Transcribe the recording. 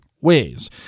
ways